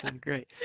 Great